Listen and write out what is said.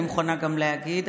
אני מוכנה גם להגיד.